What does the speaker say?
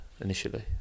initially